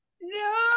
no